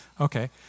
Okay